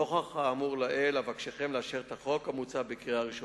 נוכח האמור לעיל אבקשכם לאשר את החוק המוצע בקריאה ראשונה.